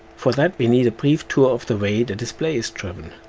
for that we need a brief tour of the way the display is driven.